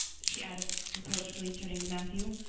she added reproachfully, turning to matthew,